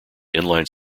inline